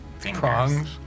Prongs